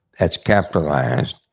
that's capitalized,